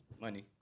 Money